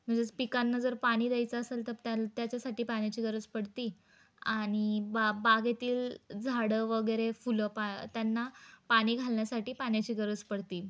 म्हणजेच पिकांना जर पाणी द्यायचं असेल तर त्या त्याच्यासाठी पाण्याची गरज पडती आणि बा बागेतील झाडं वगैरे फुलं पा त्यांना पाणी घालण्यासाठी पाण्याची गरज पडती